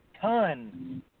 ton